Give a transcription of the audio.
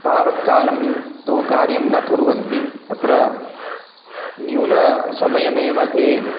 तावत्कालं तु कार्यं न कुर्वन्ति तत्र न्यूनसमयमेव ते